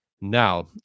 Now